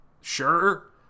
Sure